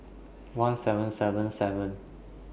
one seven seven seven